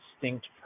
distinct